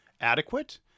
adequate